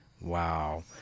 Wow